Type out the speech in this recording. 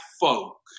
folk